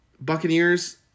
Buccaneers